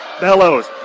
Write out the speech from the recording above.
Bellows